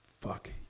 fuck